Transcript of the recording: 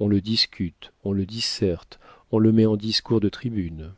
on le discute on le disserte on le met en discours de tribune